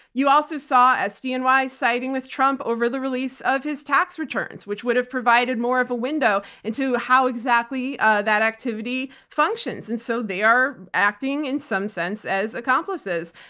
you also saw sdny siding with trump over the release of his tax returns, which would have provided more of a window into how exactly that activity functions. and so, they are acting in some sense as accomplices.